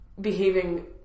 behaving